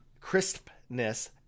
crispness